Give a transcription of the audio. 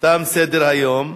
תם סדר-היום.